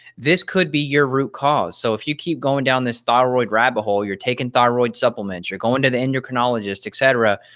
could be your root cause. so, if you keep going down this thyroid rabbit hole, you're taking thyroid supplements, you're going to the endocrinologists, etc,